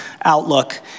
outlook